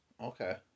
Okay